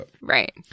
Right